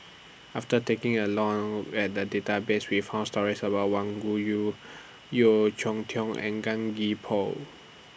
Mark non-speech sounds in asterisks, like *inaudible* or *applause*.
after taking A Long At The Database We found stories about Wang *unintelligible* Yeo Cheow Tong and Gan Gee Paw